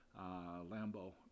Lambo